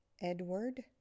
Edward